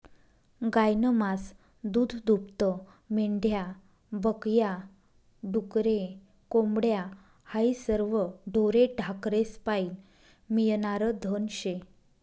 गायनं मास, दूधदूभतं, मेंढ्या बक या, डुकरे, कोंबड्या हायी सरवं ढोरे ढाकरेस्पाईन मियनारं धन शे